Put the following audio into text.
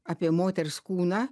apie moters kūną